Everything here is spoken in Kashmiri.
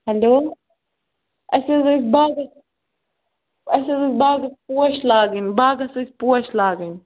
ہیٚلو اَسہِ حظ ٲسۍ باغَس اَسہِ حظ ٲسۍ باغَس پوش لاگٕنۍ باغَس ٲسۍ پوٚش لاگٕنۍ